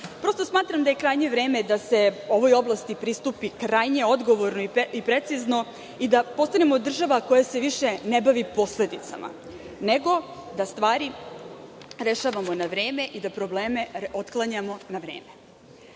zakona. Smatram da je krajnje vreme da se ovoj oblasti pristupi odgovorno i precizno i da postanemo država koja se više ne bavi posledicama, nego da stvari rešavamo na vreme i da probleme otklanjamo na vreme. Dalje,